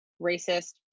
racist